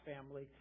family